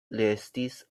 restis